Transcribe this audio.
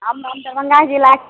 हम हम दरभंगा ज़िला